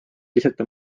lihtsalt